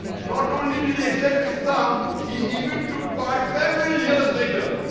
not only did he accept islam he even took part several years later.